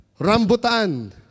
rambutan